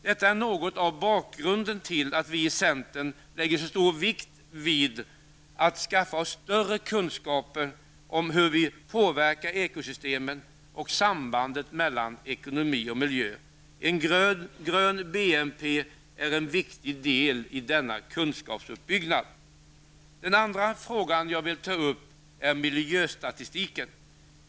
Detta är något av bakgrunden till att vi i centern lägger så stor vikt vid att vi skaffar oss större kunskap om hur vi påverkar ekosystemen och sambandet mellan ekonomi och miljö. En grön BNP är en viktig del i denna kunskapsuppbyggnad. Den andra frågan jag vill ta upp är miljöstatistiken.